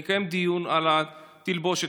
נקיים דיון על התלבושת,